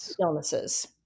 illnesses